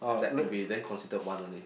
that would be then considered one only